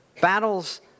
battles